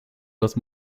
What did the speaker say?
los